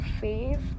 faith